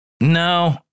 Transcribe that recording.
no